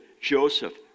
Joseph